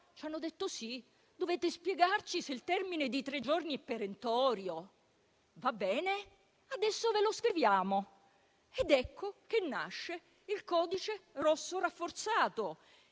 Ci hanno detto sì: dovete spiegarci se il termine di tre giorni è perentorio. Va bene, adesso ve lo scriviamo. Ed ecco che nasce il codice rosso rafforzato.